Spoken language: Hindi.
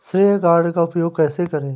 श्रेय कार्ड का उपयोग कैसे करें?